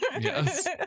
Yes